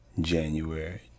January